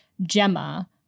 Gemma